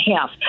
half